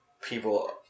people